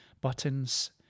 buttons